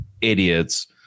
idiots